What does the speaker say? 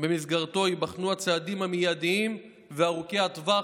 שבמסגרתו ייבחנו הצעדים המיידיים וארוכי טווח